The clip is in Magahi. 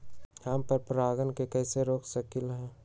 हम पर परागण के कैसे रोक सकली ह?